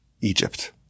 Egypt